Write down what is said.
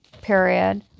period